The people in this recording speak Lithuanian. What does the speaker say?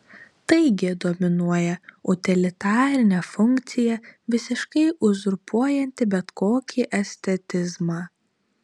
taigi dominuoja utilitarinė funkcija visiškai uzurpuojanti bet kokį estetizmą